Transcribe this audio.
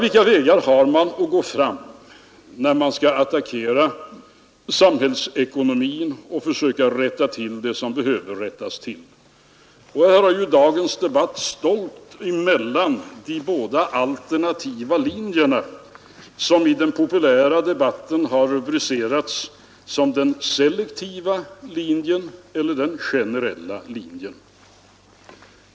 Vilka vägar har man då att gå fram på när man skall attackera samhällsekonomin och försöka rätta till det som behöver rättas till? Dagens debatt har ju gällt de båda alternativa linjer som i den populära diskussionen har rubricerats som den selektiva linjen och den generella linjen.